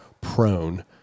prone